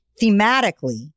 thematically